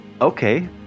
Okay